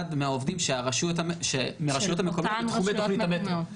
מהעובדים מהרשויות המקומיות שבתחומי תוכנית המטרו.